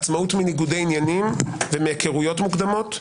עצמאות מניגודי עניינים ומהיכרויות מוקדמות,